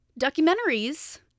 Documentaries